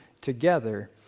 together